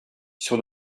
sur